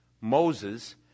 Moses